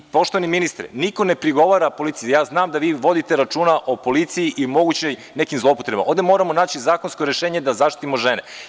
Poštovani ministre, niko ne pregovara policiji, ja znam da vi vodite računa o policiji i mogućim nekim zloupotrebama, ovde moramo naći zakonsko rešenje da zaštitimo žene.